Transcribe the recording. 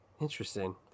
Interesting